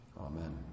Amen